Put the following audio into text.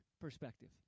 perspective